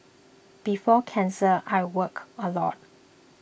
before cancer I worked a lot